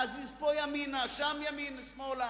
פה להזיז ימינה ושם שמאלה,